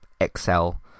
excel